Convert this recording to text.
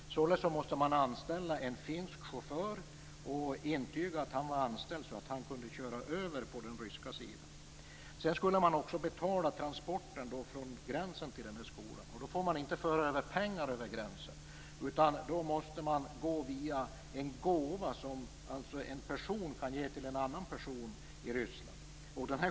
Således måste man anställa en finsk chaufför och intyga att han var anställd, så att han kunde köra över på den ryska sidan. Sedan skulle man också betala transporten från gränsen till skolan. Pengar får inte föras över gränsen, utan då måste man gå via en gåva som en person kan ge till en annan person i Ryssland.